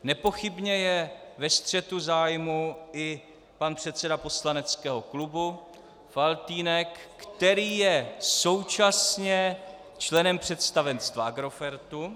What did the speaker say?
Nepochybně je ve střetu zájmů i pan předseda poslaneckého klubu Faltýnek, který je současně členem představenstva Agrofertu.